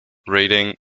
reading